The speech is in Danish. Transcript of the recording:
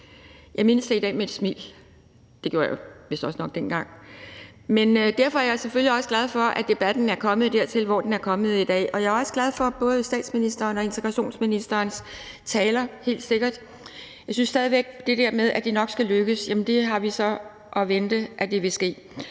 jeg mindes det i dag med et smil, det gjorde jeg vistnok også dengang – og derfor er jeg selvfølgelig også glad for, at debatten er kommet dertil, hvor den er kommet i dag. Og jeg er også glad for både statsministerens og integrationsministerens taler, helt sikkert. Jeg synes stadig væk, at det der med, at det nok skal lykkes, har vi så i vente. Jeg vil her